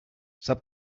sap